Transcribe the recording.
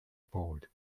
board